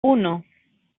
uno